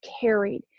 carried